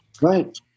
Right